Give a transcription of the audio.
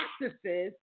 practices